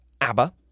ABBA